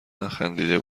نخندیده